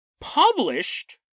published